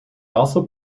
also